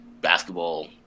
basketball